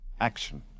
Action